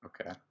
okay